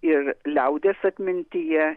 ir liaudies atmintyje